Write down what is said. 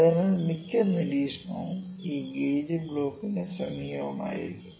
അതിനാൽ മിക്ക നിരീക്ഷണവും ഈ ഗേജ് ബ്ലോക്കിന് സമീപമായിരിക്കും